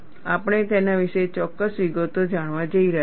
આપણે તેના વિશે ચોક્કસ વિગતો જાણવા જઈ રહ્યા છીએ